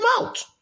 out